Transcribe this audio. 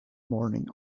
morning